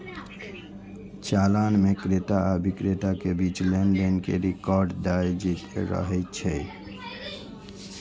चालान मे क्रेता आ बिक्रेता के बीच लेनदेन के रिकॉर्ड दर्ज रहै छै